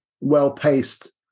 well-paced